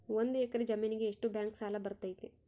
ಒಂದು ಎಕರೆ ಜಮೇನಿಗೆ ಎಷ್ಟು ಬ್ಯಾಂಕ್ ಸಾಲ ಬರ್ತೈತೆ?